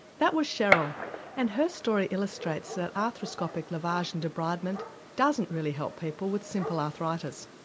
that was cheryl and her story illustrates that arthroscopic lavage and debridement doesn't really help people with simple arthritis.